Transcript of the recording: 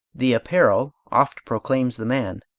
the apparel oft proclaims the man